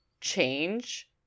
change